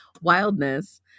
wildness